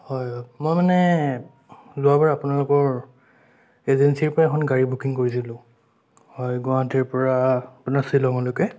হয় মই মানে যোৱাবাৰ আপোনালোকৰ এজেঞ্চিৰ পৰা এখন গাড়ী বুকিং কৰিছিলোঁ হয় গুৱাহাটীৰ পৰা আপোনাৰ শ্বিলঙৰলৈকে